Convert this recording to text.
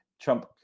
Trump